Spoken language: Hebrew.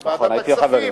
בוועדת הכספים,